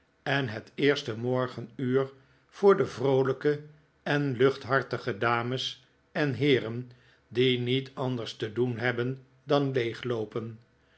en het eerste morgenuur voor de vroolijke en luchthartige dames en heeren die niet anders te doen hebben dan leegloopenj